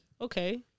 Okay